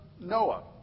Noah